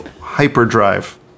hyperdrive